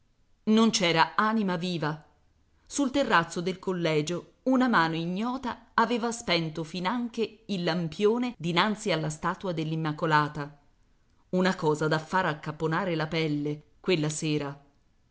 non c'era anima viva sul terrazzo del collegio una mano ignota aveva spento finanche il lampione dinanzi alla statua dell'immacolata una cosa da fare accapponar la pelle quella sera